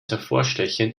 hervorstechend